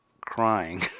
crying